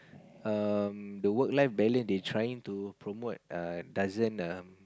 um the work life balance they trying to promote err doesn't um